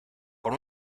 con